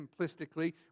simplistically